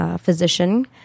physician